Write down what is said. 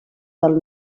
del